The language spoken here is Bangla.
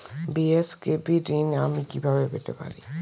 বি.এস.কে.বি ঋণ আমি কিভাবে পেতে পারি?